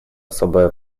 особое